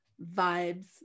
vibes